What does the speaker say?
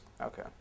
Okay